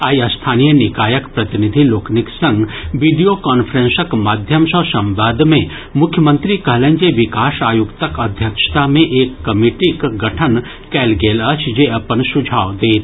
आइ स्थानीय निकायक प्रतिनिधि लोकनि संग वीडियो कांफ्रेसक माध्यम सँ संवाद मे मुख्यमंत्री कहलनि जे विकास आयुक्तक अध्यक्षता मे एक कमिंटीक गठन कयल गेल अछि जे अपन सुझाव देत